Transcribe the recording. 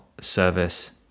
service